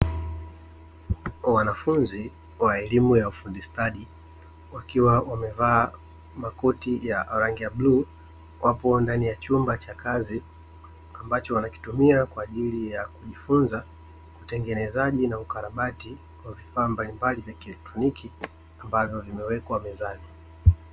Wanafunzi wa elimu ya ufundi stadi wakiwa wamevaa makoti ya rangi ya bluu wapo ndani ya chumba cha kazi, ambacho wanakitumia kwa ajili ya kujifunza utengenezaji na ukarabati wa vifaa mbalimbali vya kielectroniki ambavyo vimewekwa mezani.